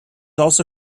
also